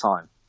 time